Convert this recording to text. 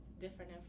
different